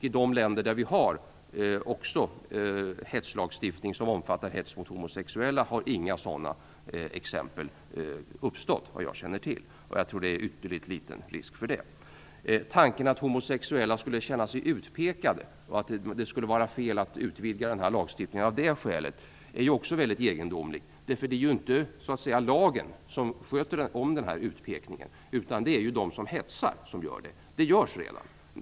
I de länder där man har en hetslagstiftning som också omfattar hets mot homosexuella, finns det, vad jag känner till, inga exempel på att något sådant skulle ha uppstått. Jag tror att risken är ytterst liten. Tanken att homosexuella skulle känna sig utpekade, och att det av det skälet skulle vara fel att utvidga lagstiftningen, är också väldigt egendomlig. Det är ju inte lagen som står för utpekandet, utan det är de som hetsar som gör det, och det görs redan i dag.